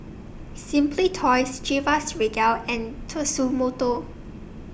Simply Toys Chivas Regal and Tatsumoto